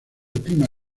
clima